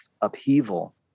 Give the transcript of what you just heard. upheaval